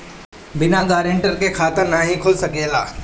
बिना गारंटर के खाता नाहीं खुल सकेला?